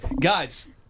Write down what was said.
Guys